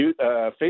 Facebook